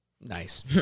Nice